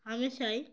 হামেশাই